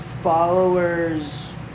Followers